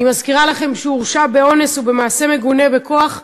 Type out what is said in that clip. אני מזכירה לכם שהוא הורשע באונס ובמעשה מגונה בכוח,